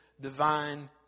divine